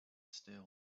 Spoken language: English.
still